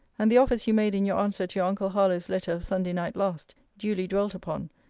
and the offers you made in your answer to your uncle harlowe's letter of sunday night last, duly dwelt upon,